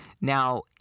Now